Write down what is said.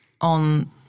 on